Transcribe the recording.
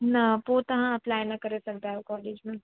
न पोइ तव्हां अपलाए न करे सघंदा आहियो कोलेज में